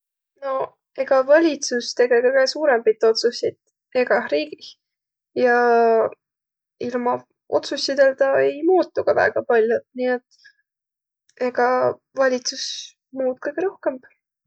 Noq ega valitsus tege kõgõ suurõmbit otsussit egäh riigih. Ja ilma otsussidõlda ei muutu ka väega pall'ot, nii et ega valitsus muut kõgõ rohkõmb.